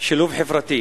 שילוב חברתי.